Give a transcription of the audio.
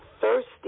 thirsty